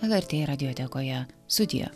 lrt radiotekoje sudie